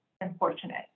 unfortunate